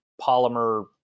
Polymer